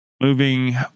moving